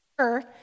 sure